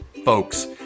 folks